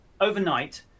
Overnight